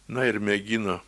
na ir mėgino